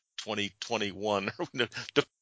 2021